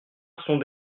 sont